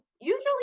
usually